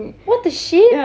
what the shit